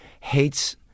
hates